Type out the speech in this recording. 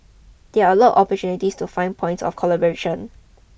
there are a lot of opportunities to find points of collaboration